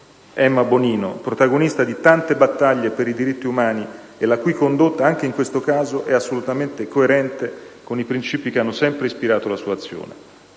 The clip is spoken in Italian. Emma Bonino, protagonista di tante battaglie per i diritti umani e la cui condotta, anche in questo caso, è assolutamente coerente con i principi che hanno sempre ispirato la sua azione.